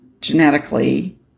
genetically